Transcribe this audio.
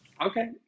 Okay